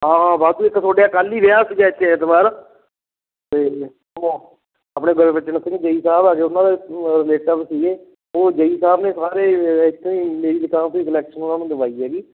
ਹਾਂ ਬਸ ਇੱਕ ਤੁਹਾਡੇ ਆਹ ਕੱਲ੍ਹ ਹੀ ਵਿਆਹ ਸੀਗਾ ਇੱਥੇ ਐਤਵਾਰ ਅਤੇ ਉਹ ਆਪਣੇ ਗੁਰਬਚਨ ਸਿੰਘ ਜੇ ਈ ਸਾਹਿਬ ਆ ਗਏ ਉਹਨਾਂ ਦੇ ਰੇਲੀਟਿਵ ਸੀਗੇ ਉਹ ਜੇ ਈ ਸਾਹਿਬ ਨੇ ਸਾਰੇ ਇੱਥੋਂ ਹੀ ਮੇਰੀ ਦੁਕਾਨ ਤੋਂ ਹੀ ਸਲੈਕਸ਼ਨ ਉਹਨਾਂ ਨੂੰ ਦਿਵਾਈ ਹੈਗੀ